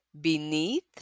beneath